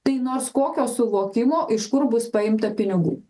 tai nors kokio suvokimo iš kur bus paimta pinigų